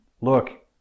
look